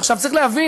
עכשיו, צריך להבין,